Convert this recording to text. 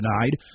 denied